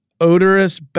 odorous –